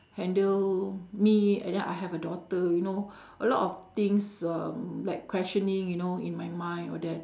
handle me and then I have a daughter you know a lot of things um like questioning you know in my mind all that